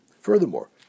Furthermore